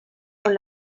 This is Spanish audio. con